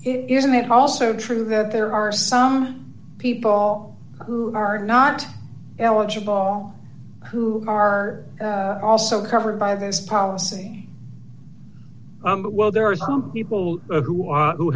it isn't it also true that there are some people who are not eligible who are also covered by this policy but well there are some people who are who